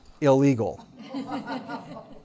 illegal